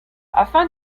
afin